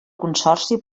consorci